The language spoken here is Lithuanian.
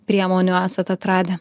priemonių esat atradę